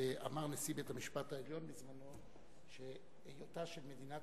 אמר נשיא בית-המשפט העליון בזמנו שהיותה של מדינת